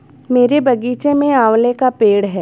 मेरे बगीचे में आंवले का पेड़ है